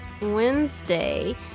wednesday